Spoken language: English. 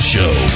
Show